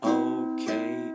okay